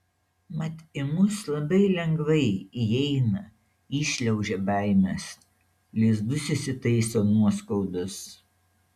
mat į mus labai lengvai įeina įšliaužia baimės lizdus įsitaiso nuoskaudos